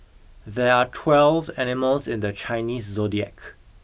there are twelve animals in the Chinese zodiac